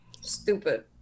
stupid